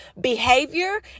behavior